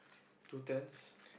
two turns